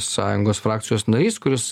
sąjungos frakcijos narys kuris